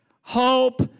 hope